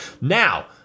Now